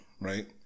right